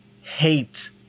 hate